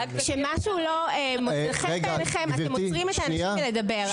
כשמשהו לא מוצא חן בעיניכם אתם עוצרים את האנשים מלדבר.